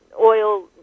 oil